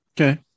Okay